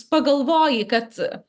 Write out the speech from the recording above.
pagalvoji kad